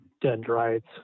dendrites